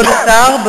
כבוד השר,